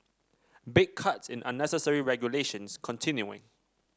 big cuts in unnecessary regulations continuing